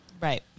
Right